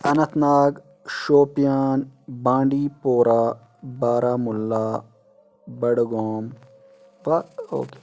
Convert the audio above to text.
Anant Nag Shopian Bandipora Baramulla Budgam